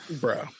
bro